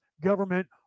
government